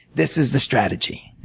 this is the strategy.